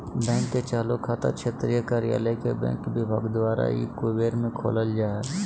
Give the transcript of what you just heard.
bank के चालू खाता क्षेत्रीय कार्यालय के बैंक विभाग द्वारा ई कुबेर में खोलल जा हइ